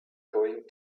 going